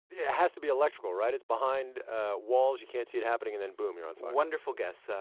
it has to be electrical, right? it's behind walls, you can't see it happening and then boom, you're on fire wonderful guess.